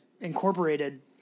incorporated